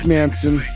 Manson